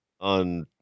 on